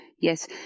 yes